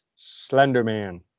Slenderman